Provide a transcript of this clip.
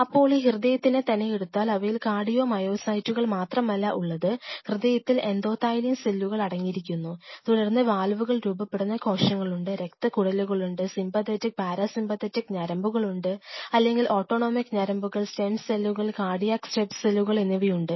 ഇപ്പോൾ ഈ ഹൃദയത്തിനെ തന്നെ എടുത്താൽ അവയിൽ കാർഡിയോ മയോസൈറ്റുകൾ മാത്രമല്ല ഉള്ളത് ഹൃദയത്തിൽ എന്റോതെലിയൽ സെല്ലുകൾ അടങ്ങിയിരിക്കുന്നു തുടർന്ന് വാൽവുകൾ രൂപപ്പെടുന്ന കോശങ്ങളുണ്ട് രക്തക്കുഴലുകളുണ്ട് സിമ്പതെറ്റിക് പാരസിമ്പതെറ്റിക് ഞരമ്പുകൾ അല്ലെങ്കിൽ ഓട്ടോണോമിക്ഞരമ്പുകൾ സ്റ്റെം സെല്ലുകൾ കാർഡിയാക് സ്റ്റെപ്സെല്ലുകൾ എന്നിവ ഉണ്ട്